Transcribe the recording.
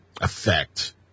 effect